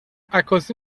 عکاسی